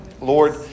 Lord